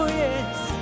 yes